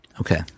Okay